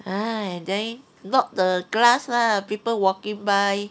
!hais! then locked the glass lah people walking by